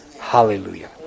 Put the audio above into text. Hallelujah